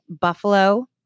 buffalo